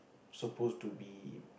suppose to be